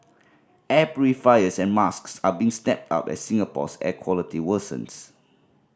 air purifiers and masks are being snapped up as Singapore's air quality worsens